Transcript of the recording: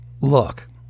Look